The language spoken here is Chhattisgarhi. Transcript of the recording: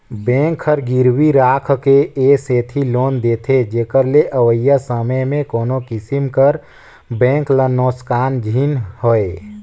बेंक हर गिरवी राखके ए सेती लोन देथे जेकर ले अवइया समे में कोनो किसिम कर बेंक ल नोसकान झिन होए